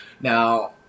Now